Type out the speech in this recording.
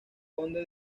conde